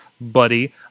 buddy